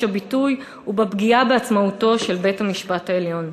הביטוי ובפגיעה בעצמאותו של בית-המשפט העליון.